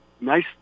nice